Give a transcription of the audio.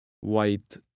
white